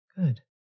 Good